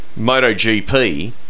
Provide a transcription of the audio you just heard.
MotoGP